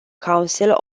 council